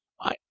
I